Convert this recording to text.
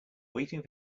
waiting